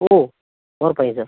ഓ ഉറപ്പായും സർ